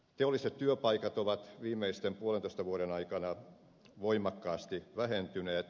teolliset työpaikat ovat viimeisten puolentoista vuoden aikana voimakkaasti vähentyneet